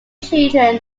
children